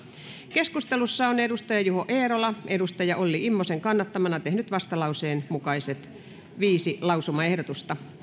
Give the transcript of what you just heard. keskustelussa on juho eerola olli immosen kannattamana tehnyt vastalauseen yksi mukaiset viisi lausumaehdotusta